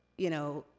you know,